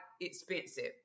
expensive